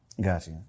Gotcha